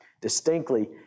distinctly